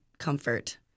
comfort